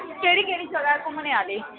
केह्डी केह्ड़ी जगह ऐ घूमने आह्ली